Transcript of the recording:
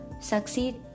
succeed